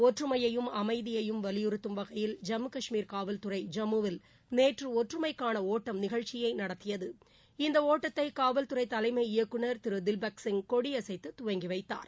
ஒற்றுமையையும் அமைதியையும் வலியுறுத்தும் வகையில் ஜம்மு கஷ்மீர் காவல்துறை ஜம்முவில் நேற்று ஒற்றுமைக்கான ஒட்டம் நிகழ்ச்சியை நடத்தியது இந்த ஓட்டத்தை காவல்துறை தலைமை இயக்குநர் திரு திவ்பக் சிங் கொடியசைத்து துவக்கி வைத்தார்